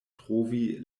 trovi